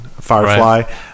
firefly